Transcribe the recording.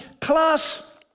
class